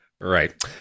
Right